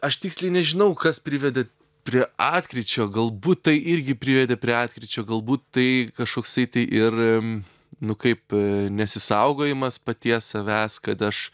aš tiksliai nežinau kas privedė prie atkryčio galbūt tai irgi privedė prie atkryčio galbūt tai kažkoksai tai ir nu kaip nesisaugojimas paties savęs kad aš